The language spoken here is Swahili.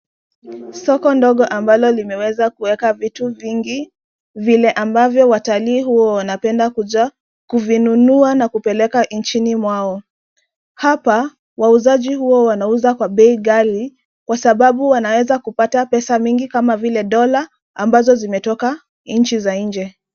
Soko ndogo ambalo limeweza kuweka vitu vingi vile ambavyo watalii huwa wanapenda kuja kuvinunua na kupeleka nchini mwao. Hapa wauzaji huwa wanauza kwa bei ghali kwa sababu wanaweza kupata pesa mingi kama vile dola ambazo zimetoka nchi za nje.